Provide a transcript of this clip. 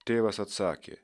tėvas atsakė